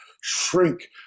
shrink –